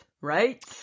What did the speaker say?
Right